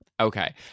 Okay